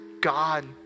God